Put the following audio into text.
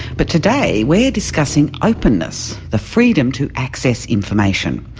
but today we're discussing openness, the freedom to access information.